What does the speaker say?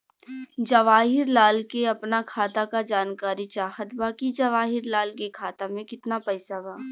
जवाहिर लाल के अपना खाता का जानकारी चाहत बा की जवाहिर लाल के खाता में कितना पैसा बा?